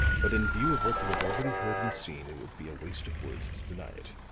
but in view of what you have already heard and seen, it would be a waste of words to deny it.